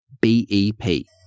B-E-P